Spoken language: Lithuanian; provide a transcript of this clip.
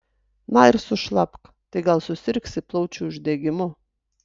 na ir sušlapk tai gal susirgsi plaučių uždegimu